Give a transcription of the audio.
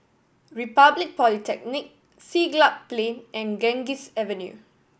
Republic Polytechnic Siglap Plain and Ganges Avenue